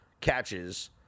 catches